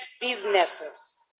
businesses